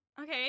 Okay